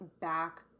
back